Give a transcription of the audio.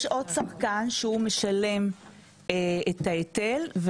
יש עוד שחקן שהוא משלם את ההיטל,